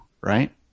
right